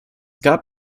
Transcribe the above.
gab